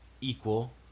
equal